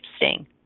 interesting